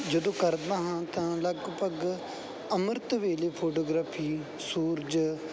ਜਦੋਂ ਕਰਦਾ ਹਾਂ ਤਾਂ ਲਗਭਗ ਅੰਮ੍ਰਿਤ ਵੇਲੇ ਫੋਟੋਗ੍ਰਾਫੀ ਸੂਰਜ